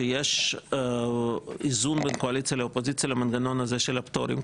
שיש איזון בין קואליציה לאופוזיציה למנגנון הזה של הפטורים.